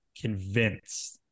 convinced